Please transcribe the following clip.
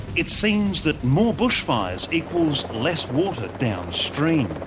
it seems that more bushfires equals less water downstream.